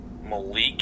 Malik